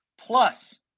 Plus